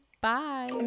bye